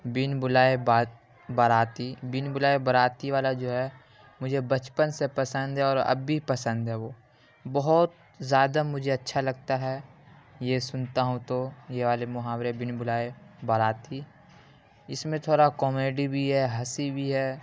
بن بلائے بات براتی بن بلائے براتی والا جو ہے مجھے بچپن سے پسند ہے اور اب بھی پسند ہے وہ بہت زیادہ مجھے اچھا لگتا ہے یہ سنتا ہوں تو یہ والے محاورے بن بلائے باراتی اس میں تھورا کامیڈی بھی ہے ہنسی بھی ہے